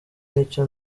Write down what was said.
nicyo